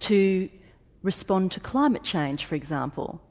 to respond to climate change for example,